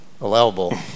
allowable